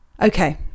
Okay